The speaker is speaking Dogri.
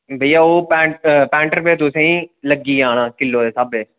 भैया ओह् तुसेंगी पैंह्ठ रपे लग्गी जाना किलो दे स्हाब कन्नै